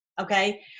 Okay